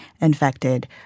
infected